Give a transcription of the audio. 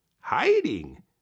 Hiding